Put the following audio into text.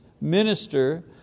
minister